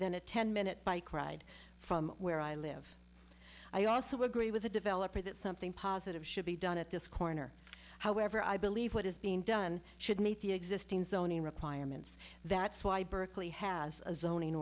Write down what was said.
than a ten minute bike ride from where i live i also agree with the developer that something positive should be done at this corner however i believe what is being done should meet the existing zoning requirements that's why berkeley has a zoning